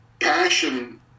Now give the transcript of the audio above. passion